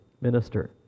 minister